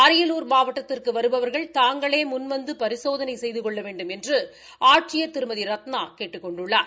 அரியலூர் மாவட்டத்திற்கு வருபவர்கள் தாங்களே முன்வந்து பரிசோதனை செய்து கொள்ள வேண்டுமென்று ஆட்சியர் திருமதி ரத்னா கேட்டுக் கொண்டுள்ளார்